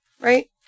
right